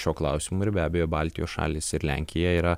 šiuo klausimu ir be abejo baltijos šalys ir lenkija yra